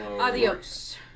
Adios